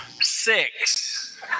Six